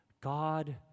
God